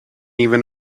even